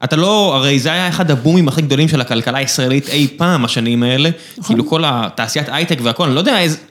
אתה לא, הרי זה היה אחד הבומים הכי גדולים של הכלכלה הישראלית אי פעם השנים האלה. נכון כאילו כל תעשיית הייטק והכול, אני לא יודע איזה...